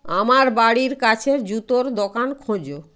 আমার বাড়ির কাছের জুতোর দোকান খোঁজো